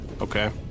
Okay